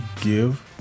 Give